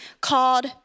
called